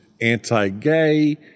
anti-gay